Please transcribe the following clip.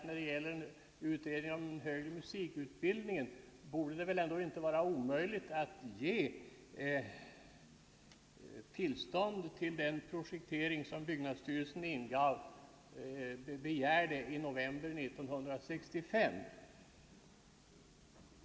När det gäller utredningen om den högre musikutbildningen borde det väl ändå inte vara omöjligt att ge tillstånd till den projektering som byggnadsstyrelsen begärde i november 1965.